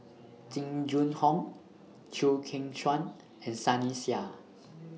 Jing Jun Hong Chew Kheng Chuan and Sunny Sia